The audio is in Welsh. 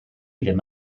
ddim